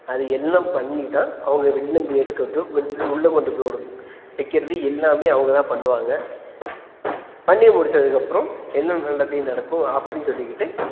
அது எல்லாம் பண்ணி தான் அவங்க வெளிலேந்து எடுக்கிறதும் வெள் உள்ளே கொண்டு போகிறக் வைக்கிறது எல்லாமே அவங்க தான் பண்ணுவாங்க பண்ணி முடிச்சதுக்கப்புறம் எல்லாம் நல்லதே நடக்கும் அப்படின்னு சொல்லிக்கிட்டு